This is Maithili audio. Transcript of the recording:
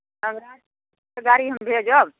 सङ्गे गाड़ीमे भेजब